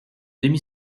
demi